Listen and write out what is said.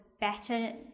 better